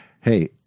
hey